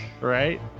right